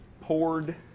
Poured